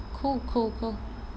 cool cool cool